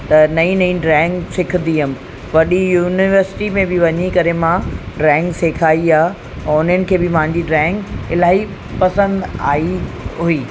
त नई नई ड्रॉइंग सिखंदी वियमि वॾी यूनिवर्सिटी में बि वञी करे मां ड्रॉइंग सिखायी आहे और उन्हनि खे बि मुंहिंजी ड्रॉइंग इलाही पसंदि आई हुई